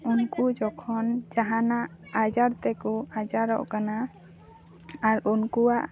ᱩᱱᱠᱩ ᱡᱚᱠᱷᱚᱱ ᱡᱟᱦᱟᱱᱟᱜ ᱟᱡᱟᱨ ᱛᱮᱠᱚ ᱟᱡᱟᱨᱚᱜ ᱠᱟᱱᱟ ᱟᱨ ᱩᱱᱠᱩᱣᱟᱜ